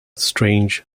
strange